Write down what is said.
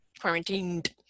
Quarantined